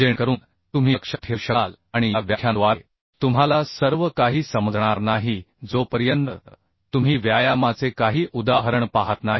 जेणेकरून तुम्ही लक्षात ठेवू शकाल आणि या व्याख्यानाद्वारे तुम्हाला सर्व काही समजणार नाही जोपर्यंत तुम्ही व्यायामाचे काही उदाहरण पाहत नाही